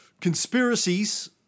conspiracies